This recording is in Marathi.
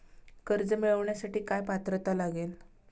कर्ज मिळवण्यासाठी काय पात्रता लागेल?